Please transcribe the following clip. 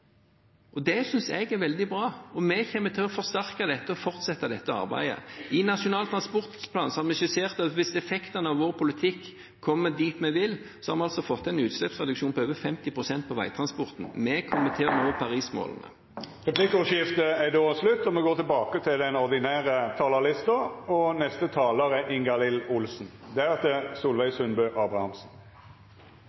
– det synes jeg er veldig bra. Vi kommer til å forsterke og fortsette dette arbeidet. I Nasjonal transportplan har vi skissert at hvis effekten av vår politikk blir slik vi vil, får vi til en utslippsreduksjon på over 50 pst. på veitransporten. Vi kommer til å nå Paris-målene. Replikkordskiftet er omme. Norge er et langt land. Veier, jernbane, havner og lufthavner bidrar til å binde dette landet sammen og er